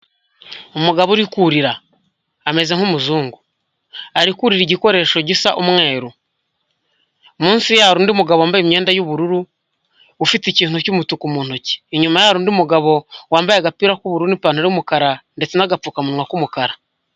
Umugabo uri kurira ameze nk'umuzungu, ari kurira igikoresho gisa umweru, munsi ye hari undi mugabo wambaye imyenda y'ubururu ufite ikintu cy'umutuku mu ntoki, inyuma ye hari undi mugabo wambaye agapira k'ubururu n'ipantaro y'umukara ndetse n'agapfukamunwa k'umukara.